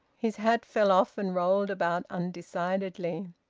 his hat fell off and rolled about undecidedly.